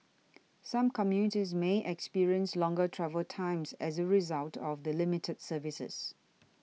some commuters may experience longer travel times as a result of the limited services